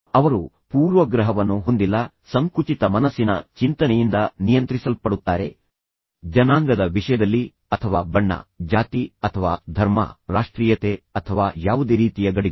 ಅವರು ಪೂರ್ವಗ್ರಹವನ್ನು ಹೊಂದಿಲ್ಲ ಸಂಕುಚಿತ ಮನಸ್ಸಿನ ಚಿಂತನೆಯಿಂದ ನಿಯಂತ್ರಿಸಲ್ಪಡುತ್ತಾರೆ ಜನಾಂಗದ ವಿಷಯದಲ್ಲಿ ಅಥವಾ ಬಣ್ಣ ಅಥವಾ ಜಾತಿ ಅಥವಾ ಧರ್ಮ ಅಥವಾ ರಾಷ್ಟ್ರೀಯತೆ ಅಥವಾ ಯಾವುದೇ ರೀತಿಯ ಗಡಿಗಳು